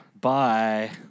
Bye